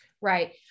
right